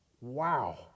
Wow